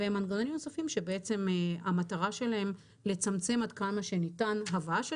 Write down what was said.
ומנגנונים נוספים שהמטרה שלהם היא לצמצם עד כמה שניתן הבאה של